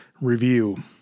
review